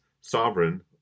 sovereign